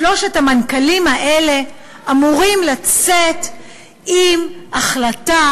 שלושת המנכ"לים האלה אמורים לצאת עם החלטה